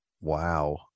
Wow